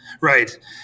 Right